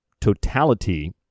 totality